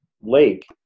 Lake